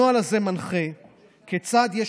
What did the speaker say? הנוהל הזה מנחה כיצד יש